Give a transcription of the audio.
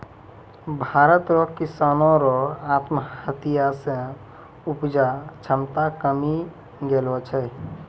भारत रो किसानो रो आत्महत्या से उपजा क्षमता कमी गेलो छै